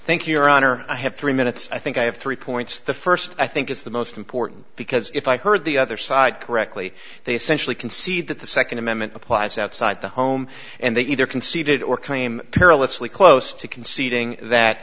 think your honor i have three minutes i think i have three points the first i think is the most important because if i heard the other side correctly they centrally concede that the second amendment applies outside the home and they either conceded or came perilously close to conceding that